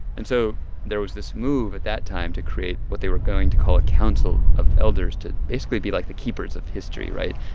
and so there was this move, at that time, to create what they were going to call a council of elders to basically be, like, the keepers of history right?